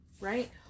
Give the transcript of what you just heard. right